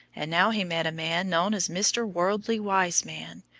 and now he met a man known as mr. worldly wiseman,